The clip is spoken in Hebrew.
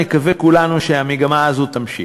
נקווה כולנו שהמגמה הזאת תמשיך.